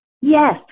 Yes